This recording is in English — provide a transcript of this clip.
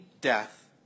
death